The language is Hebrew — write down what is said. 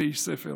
ואיש ספר.